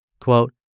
Quote